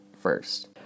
first